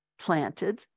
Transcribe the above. planted